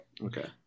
Okay